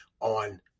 on